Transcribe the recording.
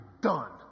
done